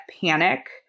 panic